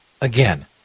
Again